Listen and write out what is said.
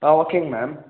ஆ ஓகேங்க மேம்